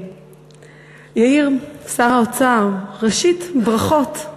יאיר, שר האוצר, ראשית, ברכות.